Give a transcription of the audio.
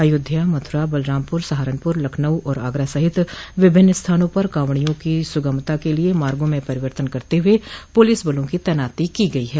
अयोध्या मथुरा बलरामपुर सहारनपुर लखनऊ और आगरा सहित विभिन्न स्थानों पर कांवड़ियों की सुगमता के लिए मार्गो में परिवर्तन करते हुए पुलिस बलों की तैनाती की गई है